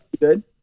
Good